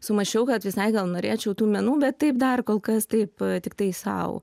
sumąsčiau kad visai gal norėčiau tų menų bet taip dar kol kas taip tiktai sau